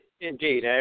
indeed